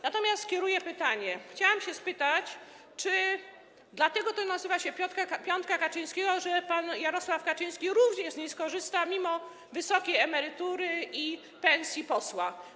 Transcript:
Natomiast kieruję pytanie: chciałam się spytać, czy dlatego to się nazywa piątka Kaczyńskiego, że pan Jarosław Kaczyński również z niej skorzysta mimo wysokiej emerytury i pensji posła.